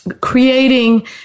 creating